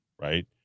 right